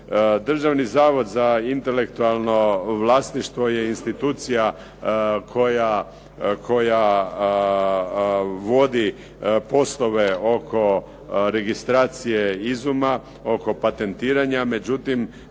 Državni zavod za intelektualno vlasništvo je institucija koja vodi poslove oko registracije izuma, oko patentiranja, međutim